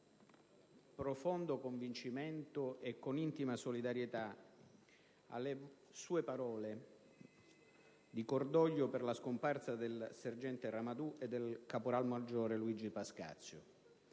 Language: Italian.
profondo convincimento e con intima solidarietà, alle sue parole di cordoglio per la scomparsa del sergente Massimiliano Ramadù e del caporalmaggiore Luigi Pascazio,